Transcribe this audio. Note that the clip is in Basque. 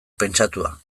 pentsatua